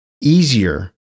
easier